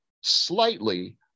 slightly